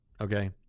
Okay